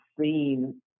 seen